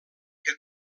que